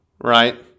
right